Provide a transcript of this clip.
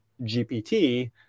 GPT